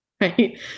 right